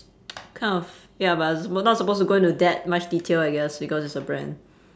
kind of ya but is we're not supposed to go into that much detail I guess because it's a brand